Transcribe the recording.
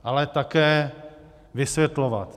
Ale také vysvětlovat.